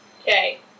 Okay